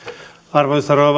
arvoisa rouva